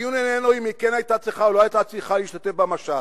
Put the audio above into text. הדיון איננו אם כן היתה צריכה או לא היתה צריכה להשתתף במשט.